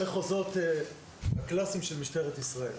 יש מחוזות קלאסיים של משטרת ישראל.